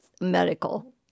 medical